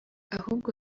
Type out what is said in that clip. ahubwo